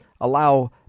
allow